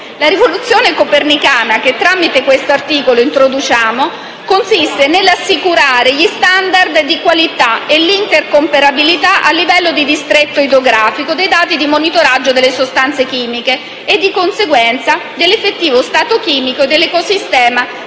La "rivoluzione copernicana" che introduciamo tramite questo articolo consiste nell'assicurare gli *standard* di qualità e l'intercomparabilità a livello di distretto idrografico dei dati di monitoraggio delle sostanze chimiche e, di conseguenza, dell'effettivo stato chimico dell'ecosistema